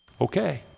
okay